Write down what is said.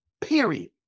period